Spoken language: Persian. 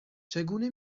چگونه